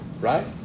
right